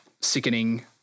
sickening